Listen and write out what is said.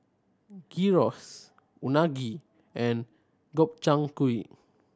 Gyros Unagi and Gobchang Gui